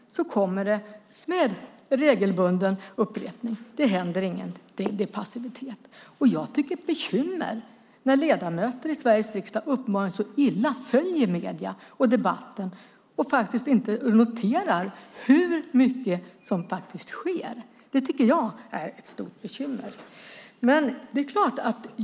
Det kommer med regelbunden upprepning: Det händer ingenting. Det är passivitet. Jag tycker att det är ett bekymmer när ledamöter i Sveriges riksdag uppenbarligen så illa följer medierna och debatten och inte noterar hur mycket som sker. Det tycker jag är ett stort bekymmer.